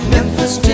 Memphis